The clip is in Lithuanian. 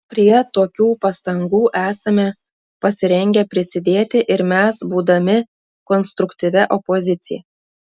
prie tokių pastangų esame pasirengę prisidėti ir mes būdami konstruktyvia opozicija